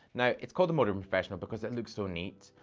now, it's called the modern professional because it looks so neat,